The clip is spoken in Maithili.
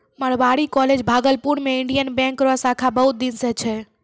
मारवाड़ी कॉलेज भागलपुर मे इंडियन बैंक रो शाखा बहुत दिन से छै